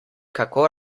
kako